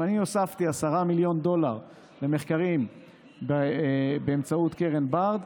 אם אני הוספתי 10 מיליון דולר למחקרים באמצעות קרן בארד,